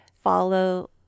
follow